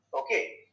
okay